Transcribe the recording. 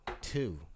Two